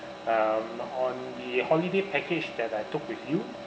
um on the holiday package that I took with you